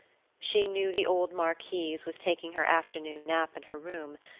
she knew the old marquise was taking her afternoon nap in her room,